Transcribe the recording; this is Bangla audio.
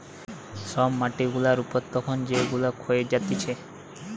সব মাটি গুলা উপর তখন যেগুলা ক্ষয়ে যাতিছে